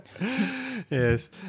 Yes